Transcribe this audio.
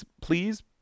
Please